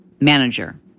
manager